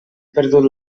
perdut